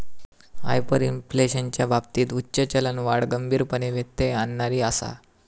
हायपरइन्फ्लेशनच्या बाबतीत उच्च चलनवाढ गंभीरपणे व्यत्यय आणणारी आसा